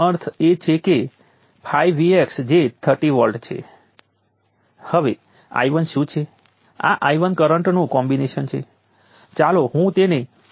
અને ચાલો કલ્પના કરીએ કે કેપેસિટર ઉપરનો વોલ્ટેજ 0 થી t1 ના સમયમાં 0 થી અમુક મૂલ્ય Vc માં બદલાય છે